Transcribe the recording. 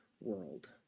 world